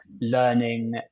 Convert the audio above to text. learning